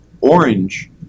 orange